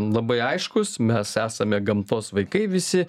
labai aiškus mes esame gamtos vaikai visi